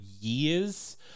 years